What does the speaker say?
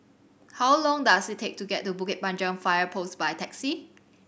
how long does it take to get to Bukit Panjang Fire Post by taxi